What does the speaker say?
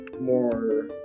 more